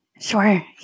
sure